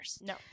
No